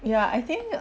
ya I think